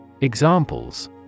Examples